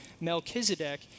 Melchizedek